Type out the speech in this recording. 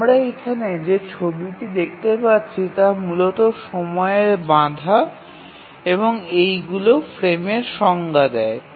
আমরা এখানে যে ছবিটি দেখতে পাচ্ছি তা মূলতঃ সময়ের বাধা এবং এইগুলি ফ্রেমের সংজ্ঞা দেয়